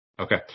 Okay